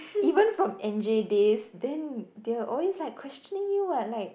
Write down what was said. even from N_J days then they always like questioning you what like